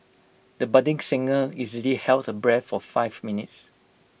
the budding singer easily held her breath for five minutes